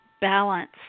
balance